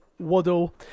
Waddle